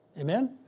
Amen